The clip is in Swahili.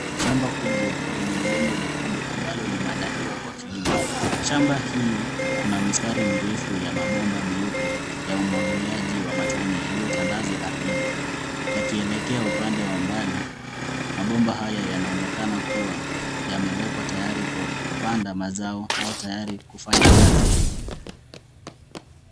Shamba kubwa lenye udongo mwekundu ambalo limeandaliwa kwa kilimo shamba hii kuna mistari mirefu ya mabomba meupe ya umwagiliaji wa matone yaliyotandazwa ardhini. Yakielekea upande wa mbali na bomba haya yanaonekana kuwa yamewekwa tayari kwa kupanda mazao au tayari kufanya kazi.